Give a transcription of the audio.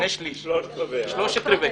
שלושת-רבעי.